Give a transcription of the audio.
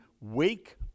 wake